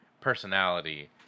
personality